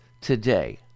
today